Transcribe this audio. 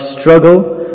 struggle